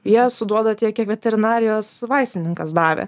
jie suduoda tiek kiek veterinarijos vaistininkas davė